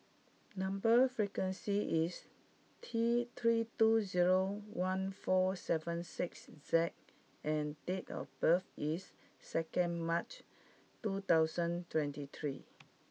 number sequence is T three two zero one four seven six Z and date of birth is second March two thousand twenty three